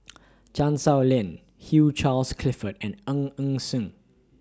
Chan Sow Lin Hugh Charles Clifford and Ng Eng Sen